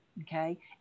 Okay